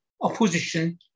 opposition